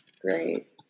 Great